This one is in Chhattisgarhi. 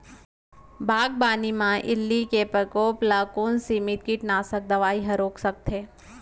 बागवानी म इल्ली के प्रकोप ल कोन सीमित कीटनाशक दवई ह रोक सकथे?